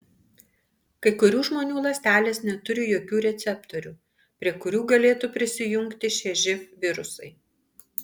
kai kurių žmonių ląstelės neturi tokių receptorių prie kurių galėtų prisijungti šie živ virusai